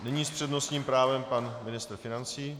Nyní s přednostním právem pan ministr financí.